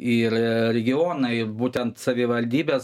ir regionai būtent savivaldybės